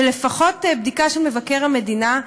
ולפחות בדיקה של מבקר המדינה,